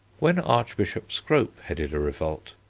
when archbishop scrope headed a revolt,